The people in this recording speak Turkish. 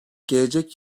gelecek